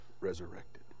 resurrected